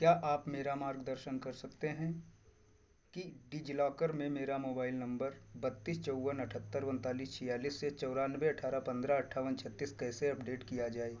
क्या आप मेरा मार्गदर्शन कर सकते हैं कि डिजिलॉकर में मेरा मोबाइल नंबर बत्तीस चौवन अट्ठहथर ऊंचालीस छियालीस से चौरानवे अट्ठारह पंद्रह अट्ठावन छत्तीस कैसे अपडेट किया जाए